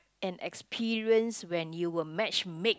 an experience when you were match mate